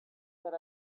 that